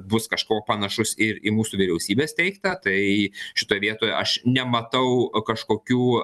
bus kažkuo panašus ir į mūsų vyriausybės teiktą tai šitoj vietoj aš nematau kažkokių